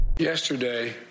Yesterday